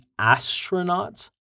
astronauts